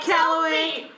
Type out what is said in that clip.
Calloway